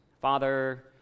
Father